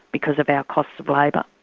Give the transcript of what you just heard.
because of our costs of labour.